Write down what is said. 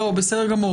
בסדר גמור.